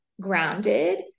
grounded